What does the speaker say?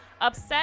upset